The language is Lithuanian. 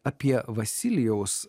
apie vasilijaus